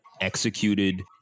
executed